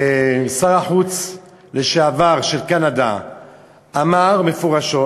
שר החוץ לשעבר של קנדה אמר מפורשות